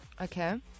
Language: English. Okay